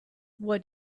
what